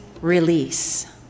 release